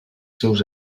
seus